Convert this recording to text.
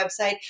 website